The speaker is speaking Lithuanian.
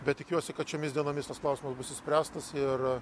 bet tikiuosi kad šiomis dienomis tas klausimas bus išspręstas ir